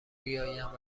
بیایند